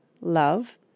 LOVE